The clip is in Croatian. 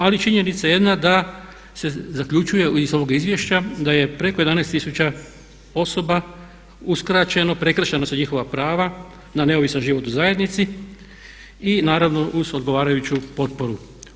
Ali je činjenica jedna da se zaključuje iz ovog izvješća da je preko 11 000 osoba uskraćeno, prekršena su njihova prava na neovisan život u zajednici i naravno uz odgovarajuću potporu.